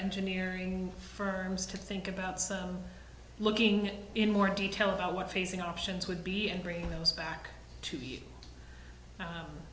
engineering firms to think about so looking in more detail about what phasing options would be and bringing those back to